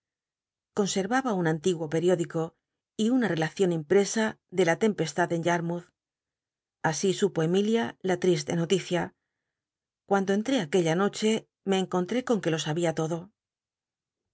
conservaba un antiguo periódico y una t'clacion impresa de in tempestad de yarmouth así supo emilia la triste noticia cuando en hé aquella noche me encontré con que lo sabia todo